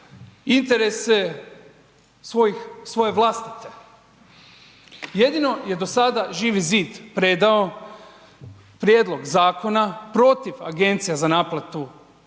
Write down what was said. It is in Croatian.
interese svoje vlastite. Jedino je do sada Živi zid predao prijedlog zakona protiv Agencija za naplatu